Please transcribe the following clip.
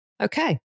Okay